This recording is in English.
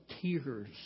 tears